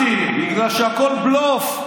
אמרתי, בגלל שהכול בלוף.